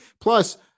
Plus